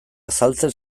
azaltzen